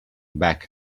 back